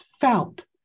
felt